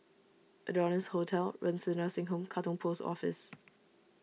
Adonis Hotel Renci Nursing Home Katong Post Office